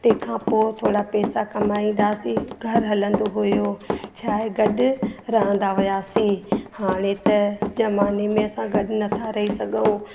तंहिं खां पोइ थोरा पैसा कमाईंदासीं घर हलंदो हुयो चाहे गॾु रहंदा हुयासीं हाणे त ज़माने में असां गॾु नथा रही सघूं